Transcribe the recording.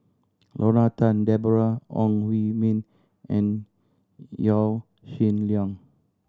Lorna Tan Deborah Ong Hui Min and Yaw Shin Leong